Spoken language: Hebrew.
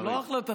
זה לא החלטתי.